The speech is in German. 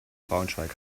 braunschweig